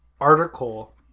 article